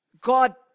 God